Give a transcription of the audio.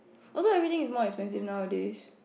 also everything is more expensive nowadays